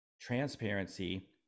transparency